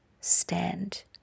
stand